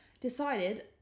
decided